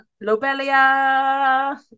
Lobelia